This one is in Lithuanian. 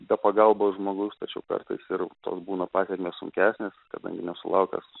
be pagalbos žmogus tačiau kartais ir tos būna pasekmės sunkesnės kadangi nesulaikęs